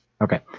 Okay